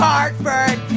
Hartford